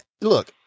look